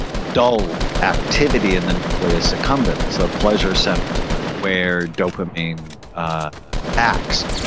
dulled activity in the nucleus accumbens, the pleasure centers where dopamine acts.